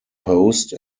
post